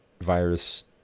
virus